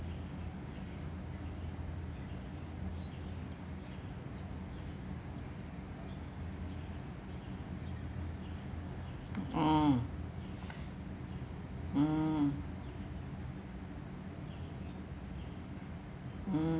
oh mm mm